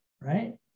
right